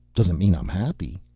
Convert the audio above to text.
doesn't mean i'm happy.